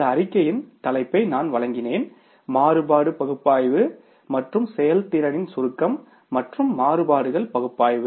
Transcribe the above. அந்த அறிக்கையின் தலைப்பை நான் வழங்கினேன் மாறுபாடு பகுப்பாய்வு மற்றும் செயல்திறனின் சுருக்கம் மற்றும் மாறுபாடுகள் பகுப்பாய்வு